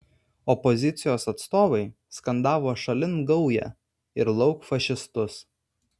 opozicijos atstovai skandavo šalin gaują ir lauk fašistus